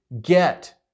get